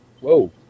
whoa